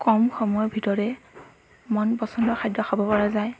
কম সময়ৰ ভিতৰে কম মন পচন্দ খাদ্য খাব পৰাটো